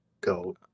Go